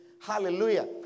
Hallelujah